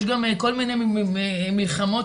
אני חושב שהנושא הזה של טיפול באמצעות